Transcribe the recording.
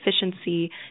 efficiency